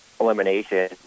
elimination